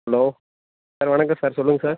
hello sir வணக்கம் sir சொல்லுங்க sir